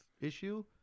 issue